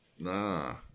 nah